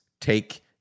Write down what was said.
take